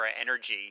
energy